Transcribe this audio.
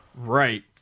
right